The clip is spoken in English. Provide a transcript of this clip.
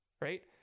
right